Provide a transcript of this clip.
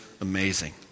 amazing